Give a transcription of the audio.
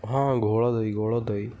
ହଁ ଘୋଳ ଦହି ଘୋଳ ଦହି